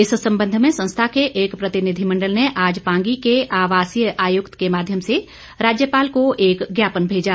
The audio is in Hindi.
इस संबंध में संस्था के एक प्रतिनिधिमंडल ने आज पांगी के आवासीय आयुक्त के माध्यम से राज्यपाल को एक ज्ञापन भेजा